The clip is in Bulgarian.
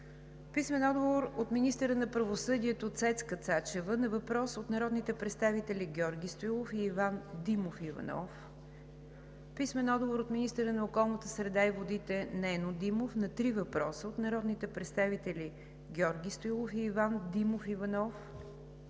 Георги Стоилов; - министъра на правосъдието Цецка Цачева на въпрос от народните представители Георги Стоилов и Иван Димов Иванов; - министъра на околната среда и водите Нено Димов на три въпроса от народните представители Георги Стоилов и Иванов Димов Иванов;